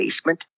basement